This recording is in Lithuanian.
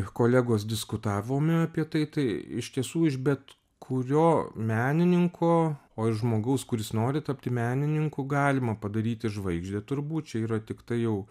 kolegos diskutavome apie tai tai iš tiesų iš bet kurio menininko o iš žmogaus kuris nori tapti menininku galima padaryti žvaigždę turbūt čia yra tiktai jau